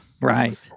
Right